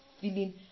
feeling